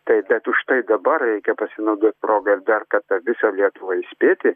taip bet užtai dabar reikia pasinaudot proga ir dar kartą visą lietuvą įspėti